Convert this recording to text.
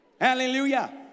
Hallelujah